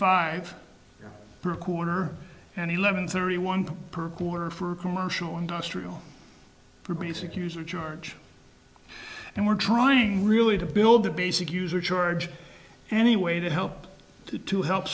five per corner and eleven thirty one per quarter for commercial industrial use accuser george and we're trying really to build the basic user charge anyway to help to help